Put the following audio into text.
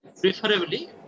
preferably